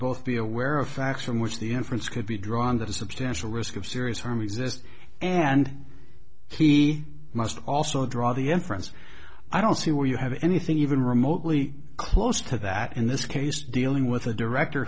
both be aware of facts from which the inference could be drawn that a substantial risk of serious harm exists and he must also draw the inference i don't see where you have anything even remotely close to that in this case dealing with a director